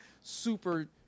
super